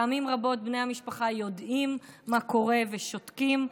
פעמים רבות בני המשפחה יודעים מה קורה ושותקים.